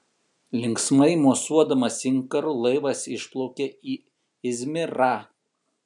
linksmai mosuodamas inkaru laivas išplaukė į izmirą